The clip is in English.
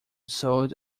sold